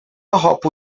هاپو